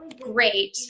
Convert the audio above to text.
great